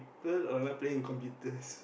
people or am I playing with computers